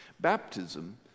Baptism